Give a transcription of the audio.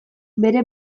bere